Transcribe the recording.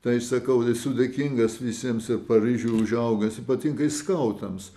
tai sakau esu dėkingas visiems ir paryžiuj užaugęs ypatingai skautams